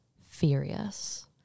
furious